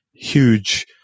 huge